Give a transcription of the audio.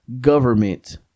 government